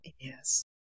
yes